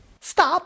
Stop